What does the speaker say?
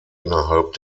innerhalb